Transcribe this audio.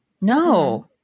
no